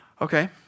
okay